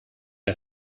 der